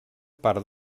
part